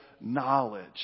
knowledge